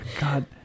God